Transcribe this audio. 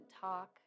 talk